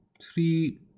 three